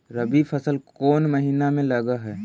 रबी फसल कोन महिना में लग है?